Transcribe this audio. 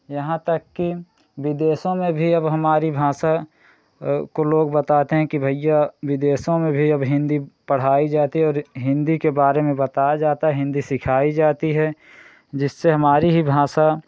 यहाँ तक कि विदेशों में भी अब हमारी भाषा को लोग बताते हैं कि भैया विदेशों में भी अब हिन्दी पढ़ाई जाती है और हिन्दी के बारे में बताया जाता हिन्दी सिखाई जाती है जिससे हमारी ही भाषा